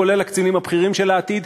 כולל הקצינים הבכירים של העתיד.